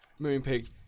Moonpig